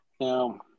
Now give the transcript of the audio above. Now